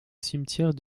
cimetière